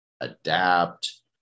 adapt